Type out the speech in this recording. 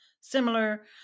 similar